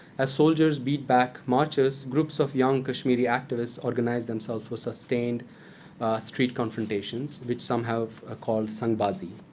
as soldiers beat back marchers, groups of young kashmiri activists organize themselves for sustained street confrontations, which some have ah called sangbazi.